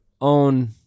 own